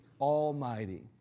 Almighty